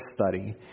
study